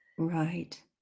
right